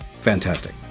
Fantastic